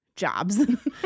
jobs